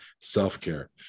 self-care